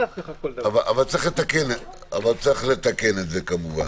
צריך לתקן את זה כמובן.